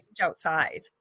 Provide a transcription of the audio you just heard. Outside